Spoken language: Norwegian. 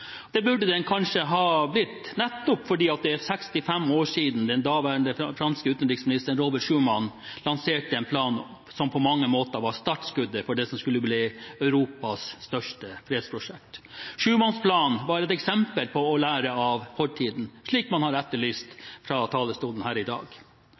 Det burde den kanskje ha blitt, nettopp fordi det er 65 år siden den daværende franske utenriksministeren Robert Schuman lanserte en plan som på mange måter var startskuddet for det som skulle bli Europas største fredsprosjekt. Schuman-planen var et eksempel på å lære av fortiden, slik man har etterlyst fra talerstolen her i dag.